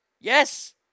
Yes